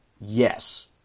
Yes